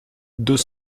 deux